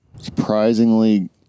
surprisingly